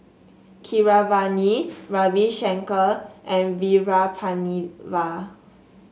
Keeravani Ravi Shankar and Veerapandiya